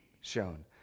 shown